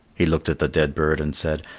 he looked at the dead bird and said,